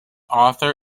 author